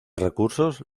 recursos